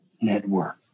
network